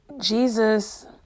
Jesus